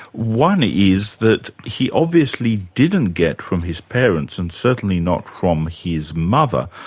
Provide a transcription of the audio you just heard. one is that he obviously didn't get from his parents, and certainly not from his mother,